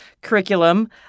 curriculum